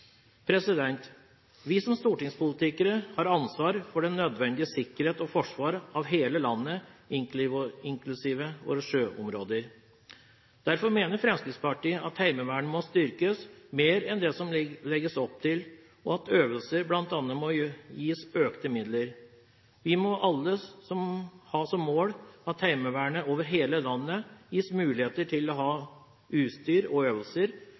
Vi som stortingspolitikere har ansvar for den nødvendige sikkerheten og forsvaret av hele landet, inklusiv våre sjøområder. Derfor mener Fremskrittspartiet at Heimevernet må styrkes mer enn det som det legges opp til, og at øvelser bl.a. må gis økte midler. Vi må alle ha som mål at Heimevernet over hele landet gis muligheter til å ha utstyr og øvelser,